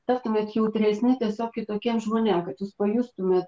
taptumėt jautresni tiesiog kitokiem žmonėm kad jūs pajustumėt